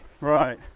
right